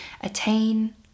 attain